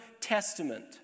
testament